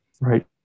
Right